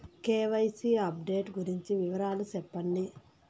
KYC update గురించి వివరాలు సెప్పండి?